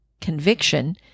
conviction